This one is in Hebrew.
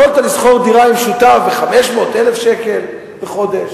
יכולת לשכור דירה עם שותף ב-500, 1,000 שקל בחודש,